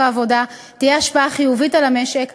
העבודה תהיה השפעה חיובית על המשק,